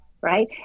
Right